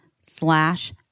slash